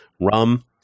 rum